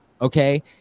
okay